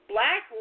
Black